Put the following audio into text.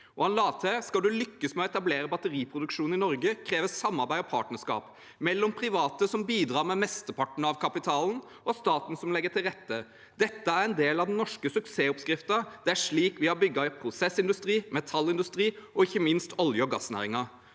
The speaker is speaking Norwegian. han la til: «Skal du lykkes med å etablere batteriproduksjon i Norge kreves samarbeid og partnerskap. Mellom private som bidrar med mesteparten av kapitalen, og staten som legger til rette (…) Dette er en del av den norske suksessoppskriften. Det er slik vi har bygget prosessindustri, metallindustri og ikke minst olje- og gassnæringen.»